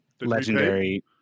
legendary